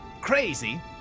crazy